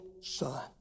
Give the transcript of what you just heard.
son